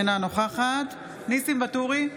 אינה נוכחת ניסים ואטורי,